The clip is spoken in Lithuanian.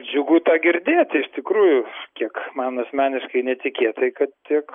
džiugu tą girdėti iš tikrųjų kiek man asmeniškai netikėtai kad tiek